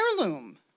heirloom